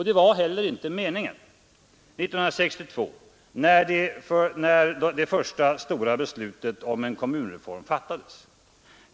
Det var heller inte meningen 1962 när det första stora beslutet om en kommunreform fattades.